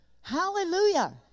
Hallelujah